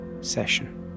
session